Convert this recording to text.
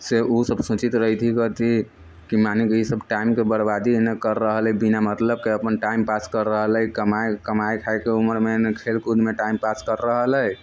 से उ सभ सोचैत रहति अथि कि मने कि ई सभ टाइमके बरबादियै ने कर रहलै है बिना मतलबके अपन टाइम पास कर रहल है कमाइ कमाइ खाइके उमरमे खेलकूदमे टाइम पास कर रहल है